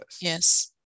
Yes